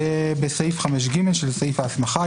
בסעיף 5ג, שזה סעיף ההסמכה.